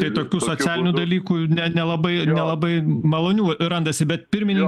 tai tokių socialinių dalykų nelabai nelabai malonių ir randasi bet pirmininke